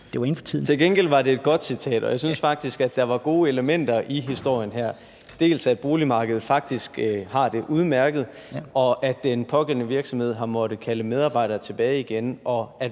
Til gengæld var det et godt citat. Jeg synes faktisk, at der var gode elementer i historien her: at boligmarkedet faktisk har det udmærket, at den pågældende virksomhed har måttet kalde medarbejdere tilbage igen, og at